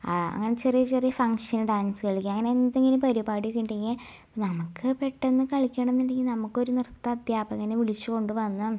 അങ്ങനെ ചെറിയ ചെറിയ ഫങ്ങ്ഷന് ഡാൻസ് കളിക്കാൻ അങ്ങനെ എന്തെങ്കിലും പരിപാടിക്കെണ്ടെങ്കിൽ നമുക്ക് പെട്ടന്ന് കളിക്കാണെന്നുണ്ടെങ്കിൽ നമുക്കൊരു നൃത്ത അദ്ധ്യാപകനെ വിളിച്ച് കൊണ്ട് വന്ന്